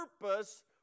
purpose